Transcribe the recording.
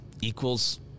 equals